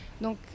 Donc